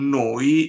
noi